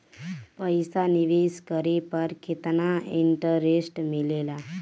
पईसा निवेश करे पर केतना इंटरेस्ट मिलेला?